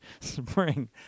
spring